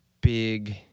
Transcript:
big